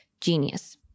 genius